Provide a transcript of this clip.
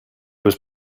was